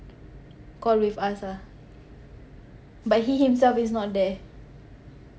called with us ah but he himself is not there